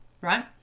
right